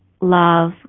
love